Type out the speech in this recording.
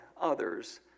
others